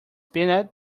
peanut